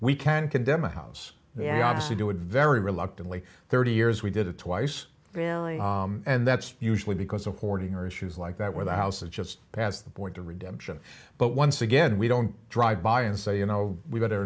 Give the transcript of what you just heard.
we can condemn a house they obviously do it very reluctantly thirty years we did it twice and that's usually because of hoarding or issues like that where the house is just past the point to redemption but once again we don't drive by and say you know we better